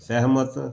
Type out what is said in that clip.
ਸਹਿਮਤ